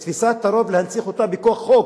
את תפיסת הרוב, להנציח אותו בכל חוק.